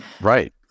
Right